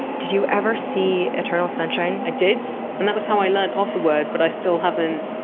did you ever see eternal sunshine? i did. and that was how i learned of the word but i still haven't.